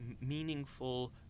meaningful